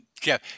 Jeff